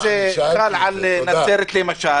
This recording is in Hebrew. אם זה חל על נצרת למשל